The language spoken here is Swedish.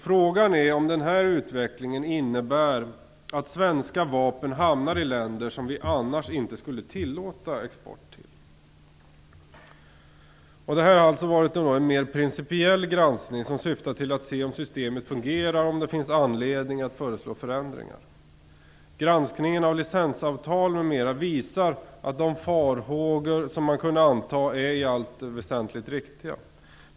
Frågan är om den utvecklingen innebär att svenska vapen hamnar i länder som Sverige annars inte skulle tillåta export till. Detta har varit en mer principiell granskning som syftar till att se om systemet fungerar, och om det finns anledning att föreslå förändringar. Granskningen av licensavtal m.m. visar att de farhågor man kunnat hysa i allt väsentligt är riktiga.